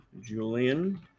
Julian